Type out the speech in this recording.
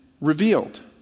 revealed